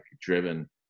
driven